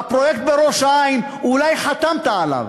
והפרויקט בראש-העין, אולי חתמת עליו,